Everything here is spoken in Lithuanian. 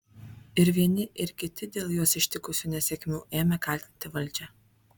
ir vieni ir kiti dėl juos ištikusių nesėkmių ėmė kaltinti valdžią